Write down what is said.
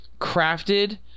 crafted